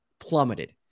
Plummeted